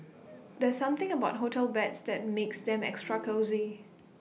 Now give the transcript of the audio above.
there's something about hotel beds that makes them extra cosy